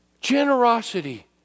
Generosity